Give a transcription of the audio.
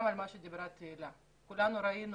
גם מה שאמרה תהלה כולנו ראינו,